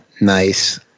Nice